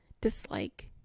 dislike